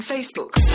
Facebook